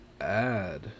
add